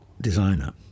designer